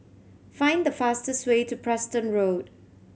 find the fastest way to Preston Road